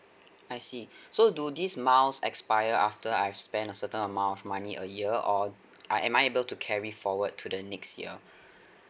I see so do these miles expire after I've spent a certain amount of money a year or I am I able to carry forward to the next year